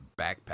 backpack